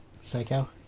Psycho